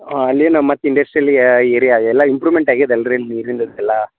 ಹಾಂ ಅಲ್ಲೇನ ಮತ್ತು ಇಂಡಸ್ಟ್ರಿಯಲ್ ಏರ್ಯಾ ಅವೆಲ್ಲ ಇಂಪ್ರುವ್ಮೆಂಟ್ ಆಗ್ಯದ ಅಲ್ರಿ ನೀರಿಂದ ಅದೆಲ್ಲ